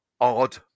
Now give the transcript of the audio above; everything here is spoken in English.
odd